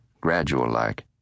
gradual-like